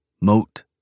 Moat